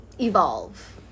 evolve